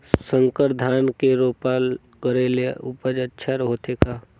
संकर धान के रोपा करे ले उपज अच्छा होथे का?